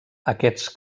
aquests